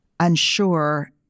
unsure